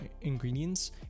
ingredients